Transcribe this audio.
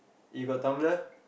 you got Tumblr